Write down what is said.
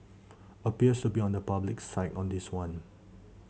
appears to be on the public's side on this one